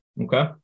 Okay